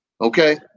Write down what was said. Okay